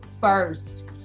first